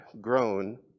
grown